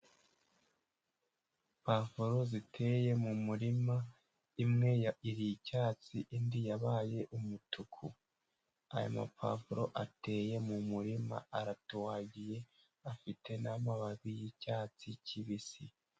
Puwavuro ziteye mu murima imwe yari icyatsi indi yabaye umutuku, ayo mapuwavuro ateye mu murima aratohagiye afite n'amababi y'icyatsi kibisi